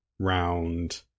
Round